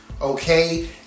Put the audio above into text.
okay